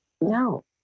No